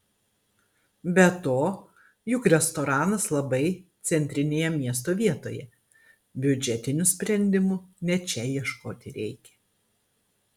be to juk restoranas labai centrinėje miesto vietoje biudžetinių sprendimų ne čia ieškoti reikia